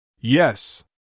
Yes